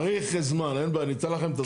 צריך זמן, אין בעיה, ניתן לכם את הזמן הזה.